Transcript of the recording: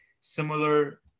similar